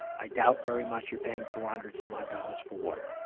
i doubt very much you're paying four hundred some odd dollars for water,